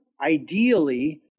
ideally –